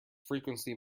frequency